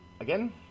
again